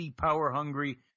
power-hungry